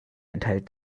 enthält